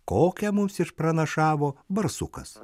kokią mums išpranašavo barsukas